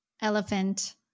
elephant